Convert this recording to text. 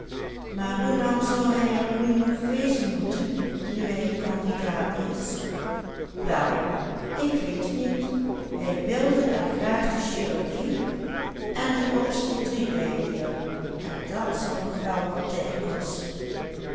wel ik weet het niet hij wilde er graag de chirurgie en de obstetrie bij leeren en dat zal nog wel wat tijd kosten